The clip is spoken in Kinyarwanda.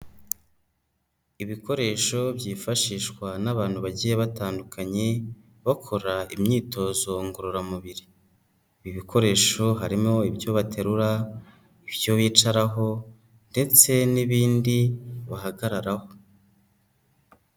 Ibikoresho byifashishwa n'abantu bagiye batandukanye, bakora imyitozo ngororamubiri, ibi bikoresho harimo ibyo baterura, ibyo bicaraho ndetse n'ibindi bahagararaho.